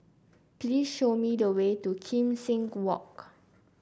please show me the way to Kim Seng Walk